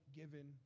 given